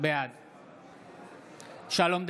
בעד שלום דנינו,